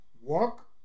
walk